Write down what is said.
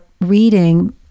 reading